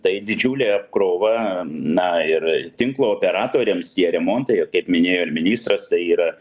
tai didžiulė apkrova na ir tinklo operatoriams tie remontai o kaip minėjo ir ministras tai yra